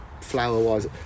flower-wise